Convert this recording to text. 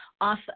off